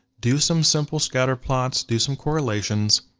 do some simple scatterplots, do some correlations,